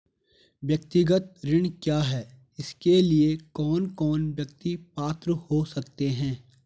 व्यक्तिगत ऋण क्या है इसके लिए कौन कौन व्यक्ति पात्र हो सकते हैं?